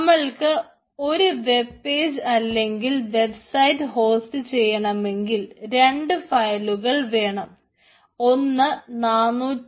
നമ്മൾക്ക് ഒരു വെബ്പേജ് അല്ലെങ്കിൽ വെബ്സൈറ്റ് ഹോസ്റ്റ് ചെയ്യണമെങ്കിൽ രണ്ട് ഫയലുകൾ വേണം ഒന്ന് 404